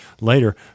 later